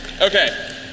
Okay